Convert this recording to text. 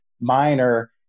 minor